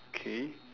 okay